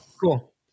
Cool